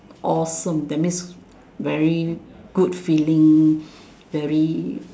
awesome that means very good feelings very